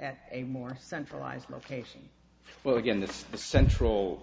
at a more centralized location well again the central